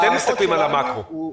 אתם מסתכלים על המאקרו.